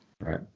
Right